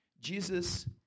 Jesus